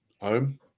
home